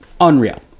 unreal